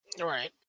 right